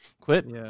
Quit